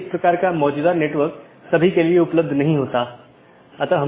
एक stub AS दूसरे AS के लिए एक एकल कनेक्शन है